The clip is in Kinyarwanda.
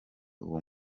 uwo